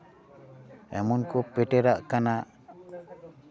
ᱮᱢᱚᱱ ᱠᱚ ᱯᱮᱴᱮᱨᱟᱜ ᱠᱟᱱᱟ